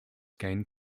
gained